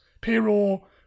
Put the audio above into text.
payroll